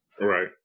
Right